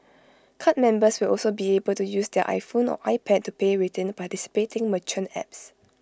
card members will also be able to use their iPhone or iPad to pay within participating merchant apps